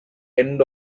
end